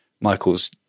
Michael's